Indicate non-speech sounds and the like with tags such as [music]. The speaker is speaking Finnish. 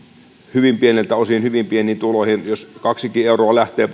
hyvin pieneltä osin hyvin pienituloisiin jos kaksikin euroa lähtee [unintelligible]